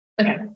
Okay